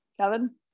Kevin